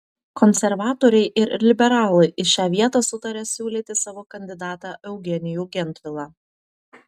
konservatoriai ir liberalai į šią vietą sutarė siūlyti savo kandidatą eugenijų gentvilą